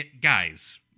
guys